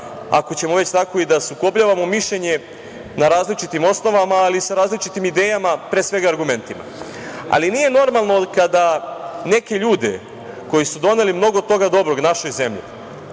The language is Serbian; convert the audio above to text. ako ćemo već tako i da sukobljavamo mišljenje na različitim osnovama, ali sa različitim idejama, pre svega argumentima. Ali, nije normalno kada neke ljude koji su doneli mnogo toga dobrog našoj zemlji,